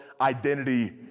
identity